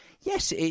Yes